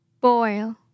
Boil